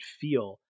feel